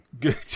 Good